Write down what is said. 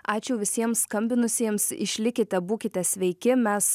ačiū visiems skambinusiems išlikite būkite sveiki o mes